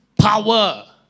power